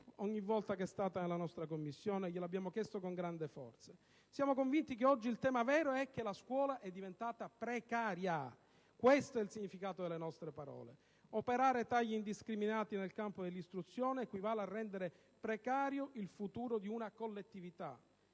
ogni volta che è stata nella nostra Commissione glielo abbiamo chiesto con grande forza. Siamo convinti che oggi il tema vero è che la scuola è diventata precaria, questo è il significato delle nostre parole. Operare tagli indiscriminati nel campo dell'istruzione equivale a rendere precario il futuro di una collettività.